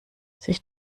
sich